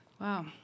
wow